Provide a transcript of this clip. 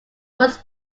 was